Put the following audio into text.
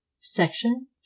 Section